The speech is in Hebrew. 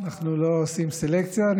אנחנו לא עושים סלקציה.